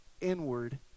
inward